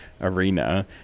arena